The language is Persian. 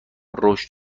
رشد